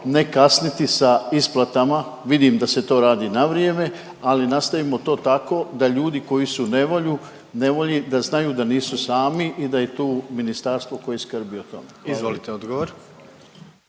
ne kasniti sa isplatama, vidim da se to radi na vrijeme, ali nastavimo to tako da ljudi koji su nevolju, nevolji, da znaju da nisu sami i da je tu ministarstvo koje skrbi o tome. Hvala.